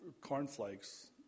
cornflakes